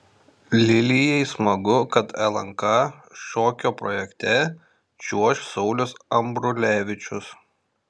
lilijai smagu kad lnk šokio projekte čiuoš saulius ambrulevičius